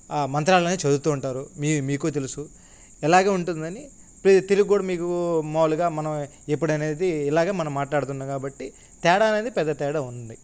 ఆ మంత్రాలనే చదువుతూ ఉంటారు మీ మీకూ తెలుసు ఇలాగే ఉంటుందని పె తెలుగు కూడా మీకు మామూలుగా మనం ఎప్పుడనేది ఇలాగే మనం మాట్లాడుతున్నాము కాబట్టి తేడా అనేది పెద్ద తేడా ఉంది